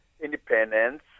independence